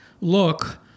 look